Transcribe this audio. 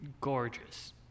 gorgeous